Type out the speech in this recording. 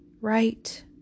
right